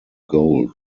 gold